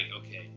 okay